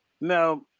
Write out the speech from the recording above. Now